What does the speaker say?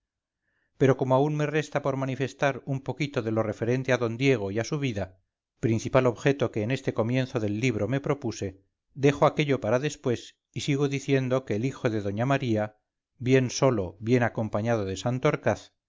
pero como aún me resta por manifestar un poquito de lo referente a d diego y a su vida principal objeto que en este comienzo del libro me propuse dejo aquello para después y sigo diciendo que el hijo de doña maría bien solo bien acompañado de